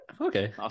Okay